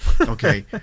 Okay